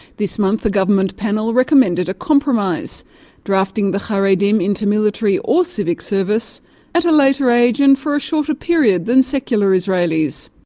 this month a government panel recommended a compromise drafting the haredim into military or civic service at a later age and for a shorter period than secular israelis.